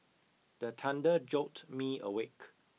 the thunder jolt me awake